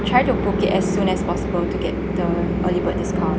try to book it as soon as possible to get the early bird discount